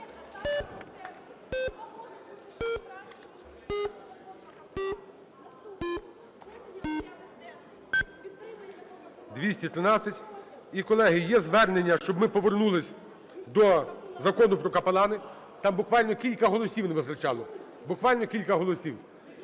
За-213 І, колеги, є звернення, щоб ми повернулись до Закону про капеланів, там буквально кілька голосів не вистачало, буквально кілька голосів.